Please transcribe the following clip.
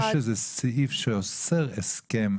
יש איזה סעיף שאוסר הסכם,